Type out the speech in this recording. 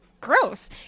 gross